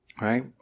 right